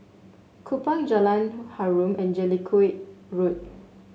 Kupang Jalan Harum and Jellicoe Road